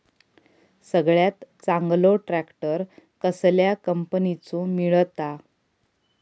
सगळ्यात चांगलो ट्रॅक्टर कसल्या कंपनीचो मिळता?